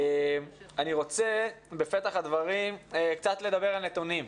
אני רוצה בפתח הדברים קצת לדבר על נתונים,